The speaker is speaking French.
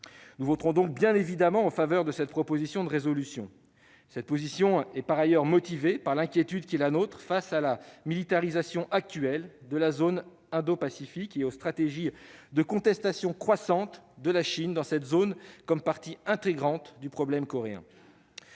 Nous voterons donc bien évidemment en faveur de cette proposition de résolution. Cette position est par ailleurs motivée par l'inquiétude qui est la nôtre face à la militarisation actuelle de la zone indo-pacifique et aux stratégies croissantes de contestation de la Chine dans cette zone, qui sont partie intégrante du problème coréen.